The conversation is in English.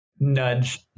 nudge